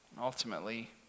ultimately